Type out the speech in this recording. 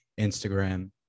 Instagram